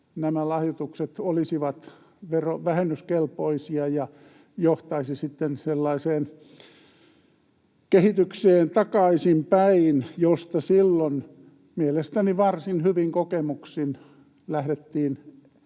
että nämä lahjoitukset olisivat verovähennyskelpoisia, ja johtaisi sitten sellaiseen kehitykseen takaisinpäin, josta silloin mielestäni varsin hyvin kokemuksin lähdettiin